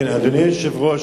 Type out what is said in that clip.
אדוני היושב-ראש,